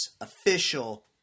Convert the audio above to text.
official